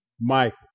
Michael